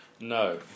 No